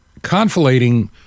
conflating